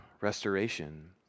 restoration